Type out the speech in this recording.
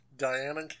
Diana